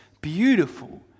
beautiful